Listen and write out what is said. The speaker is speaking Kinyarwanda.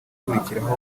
ukurikira